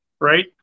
right